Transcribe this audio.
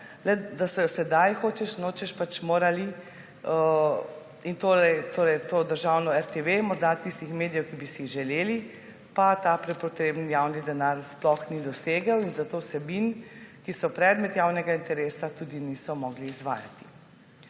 da so jo sedaj hočeš nočeš morali, torej to državno RTV, morda tistih medijev, ki bi si jih želeli, pa ta prepotreben javni denar sploh ni dosegel. Zato vsebin, ki so predmet javnega interesa, tudi niso mogli izvajati.